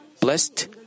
blessed